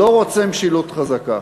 לא רוצה משילות חזקה.